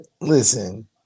listen